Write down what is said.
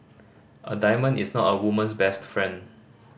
a diamond is not a woman's best friend